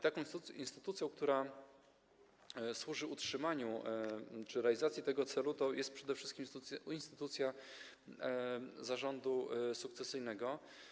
Taką instytucją, która służy utrzymaniu czy realizacji celu, jest przede wszystkim instytucja zarządu sukcesyjnego.